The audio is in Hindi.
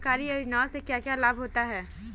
सरकारी योजनाओं से क्या क्या लाभ होता है?